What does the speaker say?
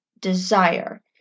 desire